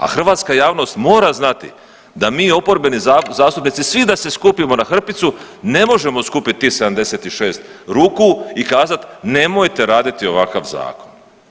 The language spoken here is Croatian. A hrvatska javnost mora znati da mi oporbeni zastupnici svi da se skupimo na hrpicu ne možemo skupiti tih 76 ruku i kazati nemojte raditi ovakav zakon.